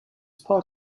part